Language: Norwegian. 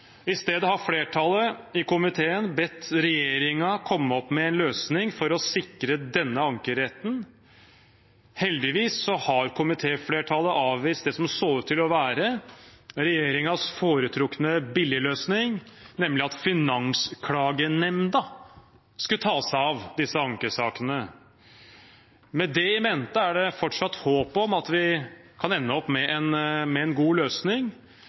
I stedet har flertallet i komiteen bedt regjeringen komme med en løsning for å sikre denne ankeretten. Heldigvis har komitéflertallet avvist det som så ut til å være regjeringens foretrukne billigløsning, nemlig at Finansklagenemnda skulle ta seg av disse ankesakene. Med det i mente er det fortsatt håp om at vi kan ende med en god løsning, men jeg vil understreke at denne saken også har en